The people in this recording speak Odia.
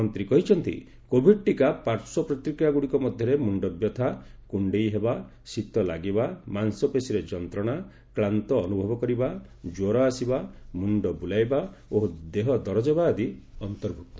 ମନ୍ତ୍ରୀ କହିଛନ୍ତି କୋଭିଡ୍ ପ୍ରତିଷେଧକର ପାର୍ଶ୍ୱ ପ୍ରତିକ୍ରିୟାଗୁଡ଼ିକ ମଧ୍ୟରେ ମୁଣ୍ଡବ୍ୟଥା କୁଣ୍ଡେଇ ହେବା ଶୀତ ଲାଗିବା ମାଂସ ପେଶୀରେ ଯନ୍ତ୍ରଣା କ୍ଲାନ୍ତ ଅନୁଭବ କରିବା ଜ୍ୱର ଆସିବା ମୁଣ୍ଡ ବୁଲାଇବା ଓ ଦେହ ଦରଜ ହେବା ପ୍ରଭୃତି ଅନ୍ତର୍ଭୁକ୍ତ